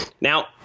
Now